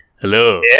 Hello